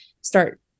start